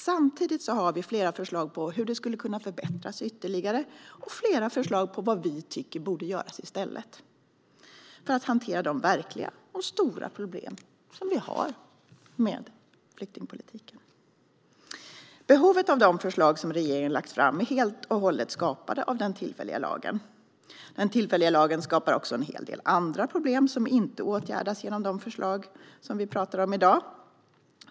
Samtidigt har vi flera förslag på hur detta skulle kunna förbättras ytterligare och flera förslag på vad vi tycker borde göras i stället, för att hantera de verkliga och stora problem som vi har med flyktingpolitiken. Behovet av de förslag som regeringen har lagt fram är helt och hållet skapade av den tillfälliga lagen. Den tillfälliga lagen skapar också en hel del andra problem som inte åtgärdas genom de förslag som vi talar om i dag.